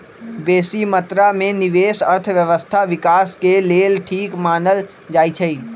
बेशी मत्रा में निवेश अर्थव्यवस्था विकास के लेल ठीक मानल जाइ छइ